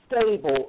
stable